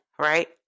Right